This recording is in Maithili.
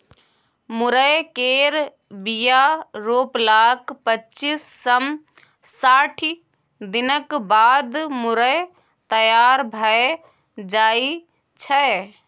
मुरय केर बीया रोपलाक पच्चीस सँ साठि दिनक बाद मुरय तैयार भए जाइ छै